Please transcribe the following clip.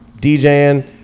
DJing